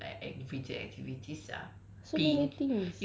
what other things that we do like everyday activities sia